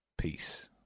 Peace